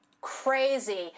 Crazy